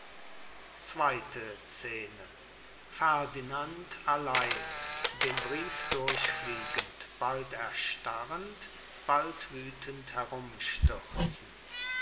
zweite scene ferdinand allein den brief durchfliegend bald erstarrend bald wüthend